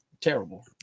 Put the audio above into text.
Terrible